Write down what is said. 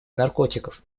наркотиков